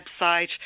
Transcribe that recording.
website